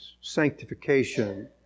sanctification